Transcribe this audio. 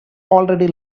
already